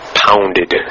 pounded